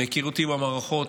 מהיכרותי עם המערכות,